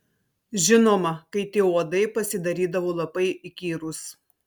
žinoma kai tie uodai pasidarydavo labai įkyrūs